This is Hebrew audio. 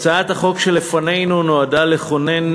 התשע"ג 2013, קריאה ראשונה.